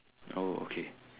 oh okay